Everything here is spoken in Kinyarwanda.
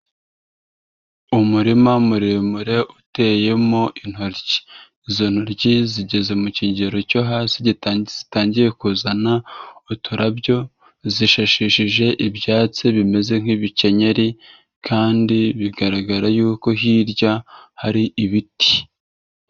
Umurima muremure uteyemo intoryi, izo ntoryi zigeze mu kigero cyo hasi, zitangiye kuzana uturabyo zishashishije ibyatsi bimeze nk'ibikenyeri, kandi bigaragara y'uko hirya hari ibiti.